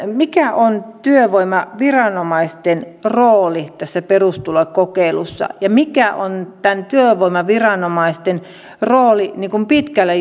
mikä on työvoimaviranomaisten rooli tässä perustulokokeilussa ja mikä on näiden työvoimaviranomaisten rooli pitkällä